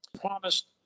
promised